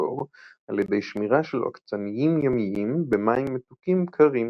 לקור על ידי שמירה של עוקצניים ימיים במים מתוקים קרים.